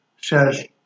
says